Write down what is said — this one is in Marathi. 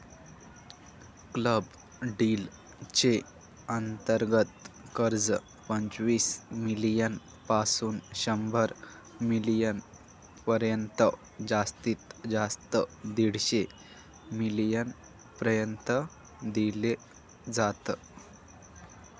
क्लब डील च्या अंतर्गत कर्ज, पंचवीस मिलीयन पासून शंभर मिलीयन पर्यंत जास्तीत जास्त दीडशे मिलीयन पर्यंत दिल जात